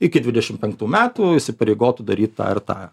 iki dvidešim penktų metų įsipareigotų daryt tą ir tą